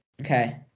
Okay